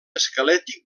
esquelètic